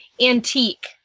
antique